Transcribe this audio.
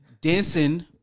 dancing